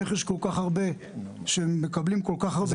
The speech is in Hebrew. איך זה יכול להיות שהם מקבלים כל כך הרבה כסף?